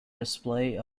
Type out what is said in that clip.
display